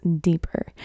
deeper